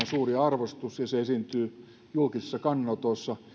suuri arvostus ja se esiintyy julkisissa kannanotoissa niin eihän